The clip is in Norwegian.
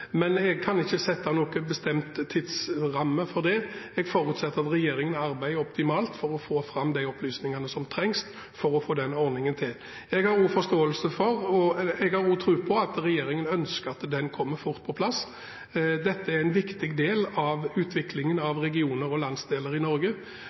men jeg kan ikke sette en bestemt tidsramme for det. Jeg forutsetter at regjeringen arbeider optimalt for å få fram de opplysningene som trengs for å få til den ordningen. Jeg har god tro på at regjeringen ønsker at den kommer fort på plass. Dette er en viktig del av utviklingen